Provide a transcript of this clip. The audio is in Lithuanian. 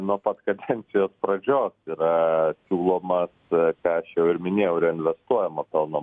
nuo pat kadencijos pradžios yra siūlomas ką aš jau ir minėjau reinvestuojamo pelno